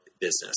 business